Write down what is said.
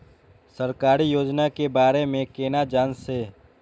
सरकारी योजना के बारे में केना जान से?